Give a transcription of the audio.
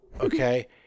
Okay